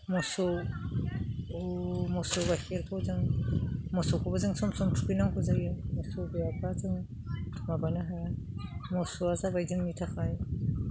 मोसौ मोसौ गाइखेरखौ जों मोसौखौबो जों सम सम थुखैनांगौ जायो मोसौ गैयाबा जों माबानो हाया मोसौआ जाबाय जोंनि थाखाय